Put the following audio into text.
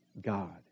God